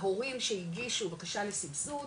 ההורים שהגישו בקשה לסבסוד,